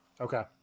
Okay